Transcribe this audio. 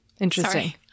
Interesting